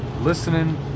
Listening